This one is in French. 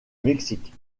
mexique